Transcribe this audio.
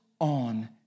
on